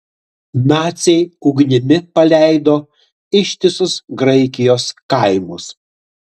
naciai ugnimi paleido ištisus graikijos kaimus